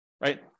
right